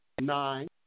nine